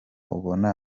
ubona